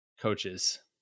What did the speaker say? coaches